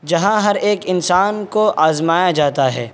جہاں ہر ایک انسان کو آزمایا جاتا ہے